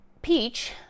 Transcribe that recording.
Peach